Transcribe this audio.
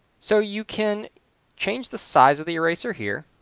so you can change the size of the eraser here,